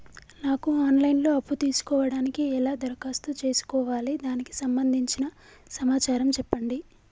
నాకు online లో అప్పు తీసుకోవడానికి ఎలా దరఖాస్తు చేసుకోవాలి దానికి సంబంధించిన సమాచారం చెప్పండి?